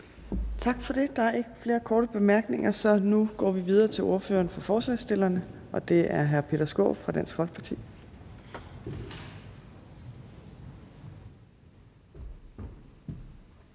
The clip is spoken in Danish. Tak for det. Der er ikke flere korte bemærkninger, og så går vi videre til ordføreren for forslagsstillerne, og det er hr. Peter Skaarup fra Dansk Folkeparti.